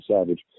savage